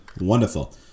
Wonderful